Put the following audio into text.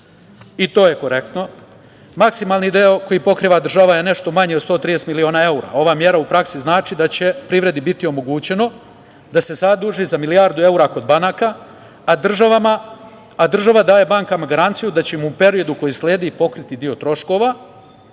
i to je korektno. Maksimalni deo koji pokriva država je nešto manji od 130 miliona evra. Ova mera u praksi znači da će privredi biti omogućeno da se zaduži za milijardu evra kod banaka, a država daje bankama garanciju da će im u periodu koji sledi pokriti deo troškova,